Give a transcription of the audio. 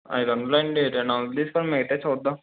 ఐదు వందలా అండి రెండు వందలు ఇస్తాను మిగతావి చూద్దాం